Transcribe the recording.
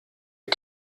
ihr